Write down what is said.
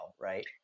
right